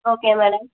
okay madam